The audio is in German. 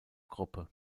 gruppe